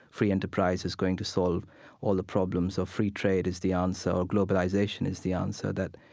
free enterprise is going to solve all the problems, or free trade is the answer or globalization is the answer, that,